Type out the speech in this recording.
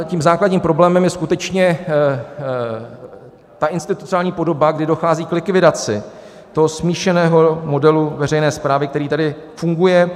Tím základním problémem je skutečně ta institucionální podoba, kdy dochází k likvidaci smíšeného modelu veřejné správy, který tady funguje.